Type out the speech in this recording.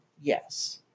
Yes